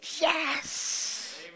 yes